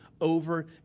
over